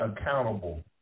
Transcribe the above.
accountable